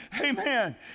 Amen